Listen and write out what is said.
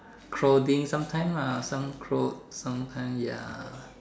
clothing sometime lah some clothes sometime ya